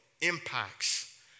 impacts